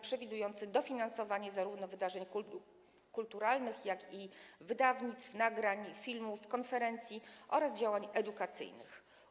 Przewiduje dofinansowanie zarówno wydarzeń kulturalnych, jak i wydawnictw, nagrań, filmów, konferencji oraz działań edukacyjnych.